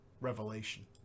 revelation